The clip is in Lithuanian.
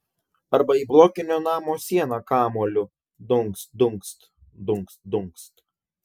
arba į blokinio namo sieną kamuoliu dunkst dunkst dunkst dunkst